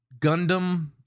Gundam